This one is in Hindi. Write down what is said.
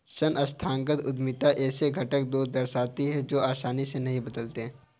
संस्थागत उद्यमिता ऐसे घटना को दर्शाती है जो आसानी से नहीं बदलते